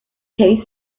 case